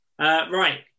Right